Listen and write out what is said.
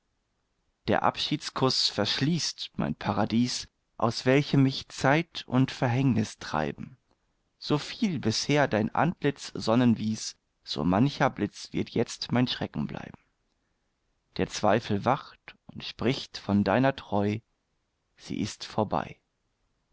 der abschiedskuß verschließt mein paradies aus welchem mich zeit und verhängnis treiben soviel bisher dein antlitz sonnen wies so mancher blitz wird jetzt mein schrecken bleiben der zweifel wacht und spricht von deiner treu sie ist vorbei